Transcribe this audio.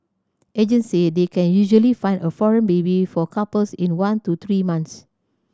agents say they can usually find a foreign baby for couples in one to three months